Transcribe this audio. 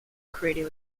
creating